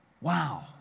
Wow